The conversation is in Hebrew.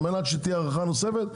על מנת שתהיה הארכה נוספת,